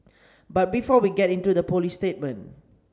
but before we get into the police statement